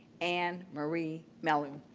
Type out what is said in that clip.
anne marie melin.